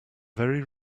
very